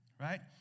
right